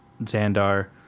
Xandar